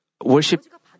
worship